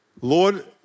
Lord